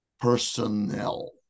personnel